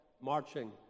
marching